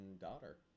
daughter